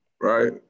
right